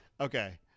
okay